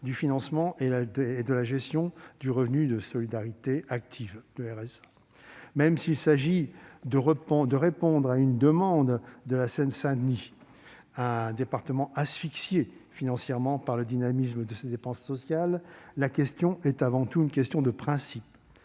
du financement et de la gestion du revenu de solidarité active, le RSA. Même s'il s'agit de répondre à une demande de la Seine-Saint-Denis, un département asphyxié financièrement par le dynamisme de ses dépenses sociales, la question est avant tout de principe